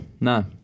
no